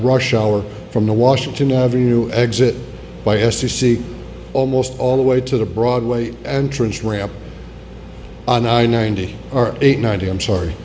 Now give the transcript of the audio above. rush hour from the washington avenue exit bias to see almost all the way to the broadway entrance ramp on i ninety eight ninety i'm sorry